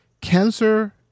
Cancer